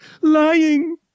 Lying